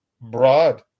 broad